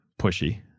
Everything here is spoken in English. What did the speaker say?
pushy